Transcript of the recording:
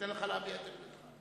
וניתן לך להביע את עמדתך.